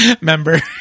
member